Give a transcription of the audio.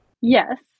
Yes